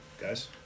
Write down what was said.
guys